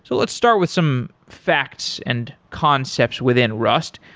so let's start with some facts and concepts within rust.